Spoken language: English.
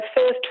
first